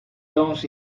jones